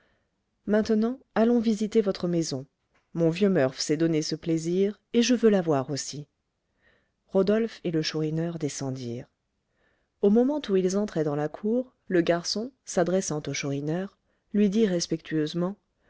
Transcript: maintenant allons visiter votre maison mon vieux murph s'est donné ce plaisir et je veux l'avoir aussi rodolphe et le chourineur descendirent au moment où ils entraient dans la cour le garçon s'adressant au chourineur lui dit respectueusement